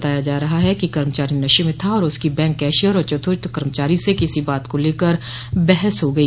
बताया जा रहा है कि कर्मचारी नशे में था और उसकी बैंक कैशियर और चतुर्थ कर्मचारी से किसी बात को लेकर बहस हो गई